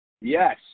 yes